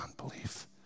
unbelief